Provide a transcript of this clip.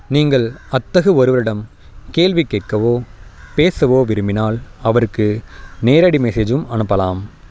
நீங்கள் அத்தகு ஒருவரிடம் கேள்வி கேட்கவோ பேசவோ விரும்பினால் அவருக்கு நேரடி மெசேஜும் அனுப்பலாம்